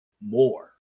more